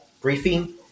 briefing